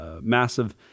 massive